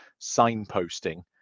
signposting